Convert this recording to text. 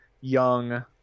young